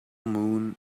moon